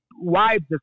wives